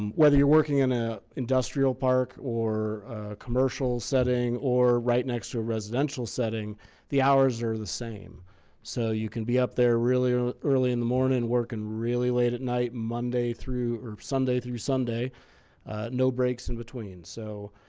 um whether you're working in a industrial park or a commercial setting or right next to a residential setting the hours are the same so you can be up there really early in the morning working really late at night monday through or sunday through sunday no breaks in between so